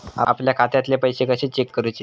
आपल्या खात्यातले पैसे कशे चेक करुचे?